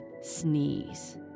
sneeze